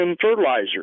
fertilizer